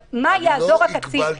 אבל מה יעזור הקצין?